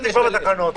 נקודה.